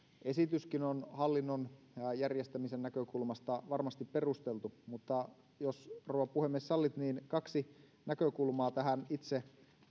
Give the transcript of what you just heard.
esityskin on hallinnon järjestämisen näkökulmasta varmasti perusteltu mutta jos rouva puhemies sallitte niin kaksi näkökulmaa tähän itse